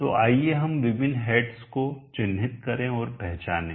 तो आइए हम विभिन्न हेड्स को चिह्नित करें और पहचानें